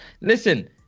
listen